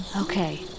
Okay